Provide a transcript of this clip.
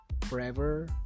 Forever